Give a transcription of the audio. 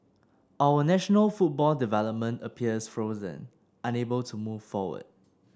our national football development appears frozen unable to move forward